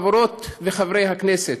חברות וחברי הכנסת,